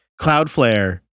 Cloudflare